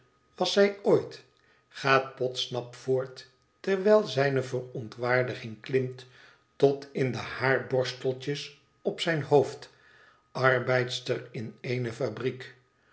was zij ooit gaat podsnap voort terwijl zijne verontwaardiging klimt tot in de haarborsteltjes op zijn hoofd arbeidster in eene fabriek